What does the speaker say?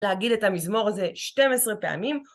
להגיד את המזמור הזה 12 פעמים.